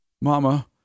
Mama